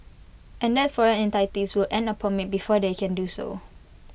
and that foreign entities will need A permit before they can do so